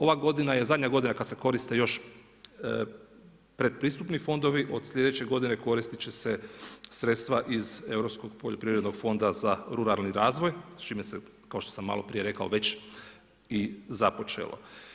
Ova godina je zadnja godina kad se koriste još pretpristupni fondovi, od slijedeće godine koristit će se sredstva iz Europskog poljoprivrednog fonda za ruralni razvoj s čime se, kao što sam maloprije rekao, već i započelo.